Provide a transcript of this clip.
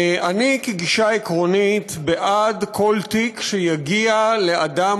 כגישה עקרונית אני בעד כל תיק שיגיע לאדם